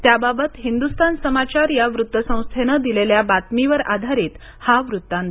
त्याबाबत हिंदुस्थान समाचार या वृत्तसंस्थेनं दिलेल्या बातमीवर आधारित हा वृत्तांत